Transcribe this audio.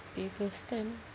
table stand